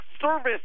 service